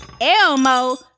Elmo